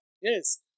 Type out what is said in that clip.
Yes